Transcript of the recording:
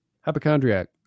Hypochondriac